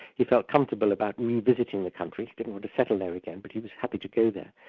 he felt comfortable about revisiting the country, he didn't want to settle there again, but he was happy to go there.